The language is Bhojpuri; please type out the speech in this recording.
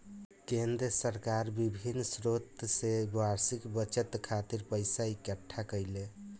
केंद्र सरकार बिभिन्न स्रोत से बार्षिक बजट खातिर पइसा इकट्ठा करेले